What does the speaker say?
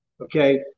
okay